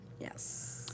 Yes